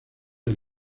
del